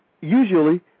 usually